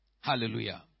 Hallelujah